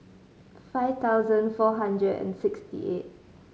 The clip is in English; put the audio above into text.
five thousand four hundred and sixty eight